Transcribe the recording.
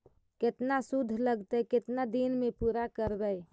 केतना शुद्ध लगतै केतना दिन में पुरा करबैय?